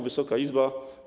Wysoka Izbo!